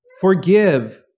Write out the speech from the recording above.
Forgive